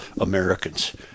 Americans